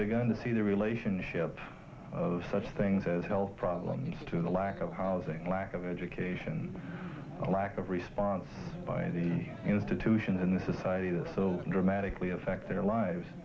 begun to see the relationship of such things as health problems to the lack of housing lack of education a lack of response by the institution in the society that so dramatically affect their lives